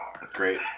Great